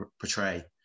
portray